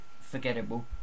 forgettable